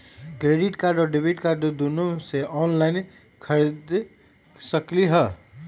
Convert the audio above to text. Credit card और debit card दोनों से ऑनलाइन खरीद सकली ह?